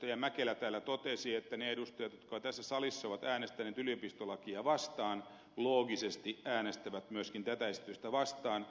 jukka mäkelä täällä totesi että ne edustajat jotka tässä salissa ovat äänestäneet yliopistolakia vastaan loogisesti äänestävät myöskin tätä esitystä vastaan